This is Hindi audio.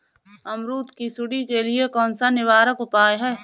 अमरूद की सुंडी के लिए कौन सा निवारक उपाय है?